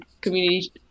community